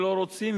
ולא רוצים,